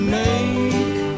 make